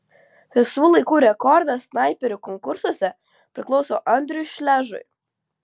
visų laikų rekordas snaiperių konkursuose priklauso andriui šležui